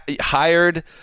hired